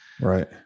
Right